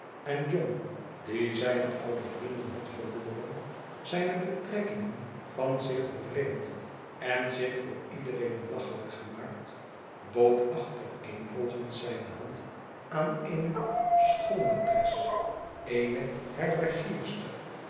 en john die zijne oude vrienden had verloren zijne betrekkingen van zich vervreemd en zich voor iedereen belachelijk gemaakt bood achtereenvolgens zijne hand aan eene schoolmatres eene